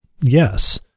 yes